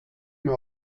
mehr